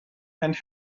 and